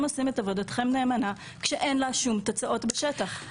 עושים את עבודתכם נאמנה כשאין לה שום תוצאות בשטח?